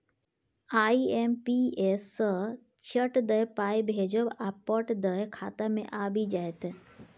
IMPS सँ चट दअ पाय भेजब आ पट दअ खाता मे आबि जाएत